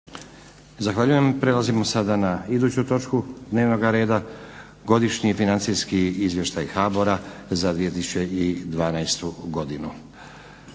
(SDP)** Prelazimo na sada na iduću točku dnevnog reda - Godišnji financijski izvještaj HBOR-a za 2012. godinu